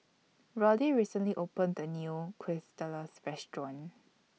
Roddy recently opened A New Quesadillas Restaurant